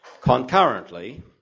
Concurrently